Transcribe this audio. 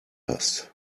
hast